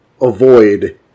avoid